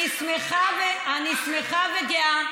אני שמחה וגאה